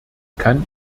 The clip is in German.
kann